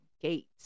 gates